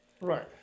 Right